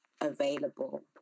available